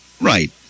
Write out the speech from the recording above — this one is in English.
Right